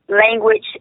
language